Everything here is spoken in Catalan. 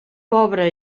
pobra